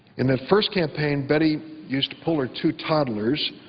in that first campaign, betty used to pull her two toddlers,